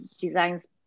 designs